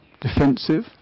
defensive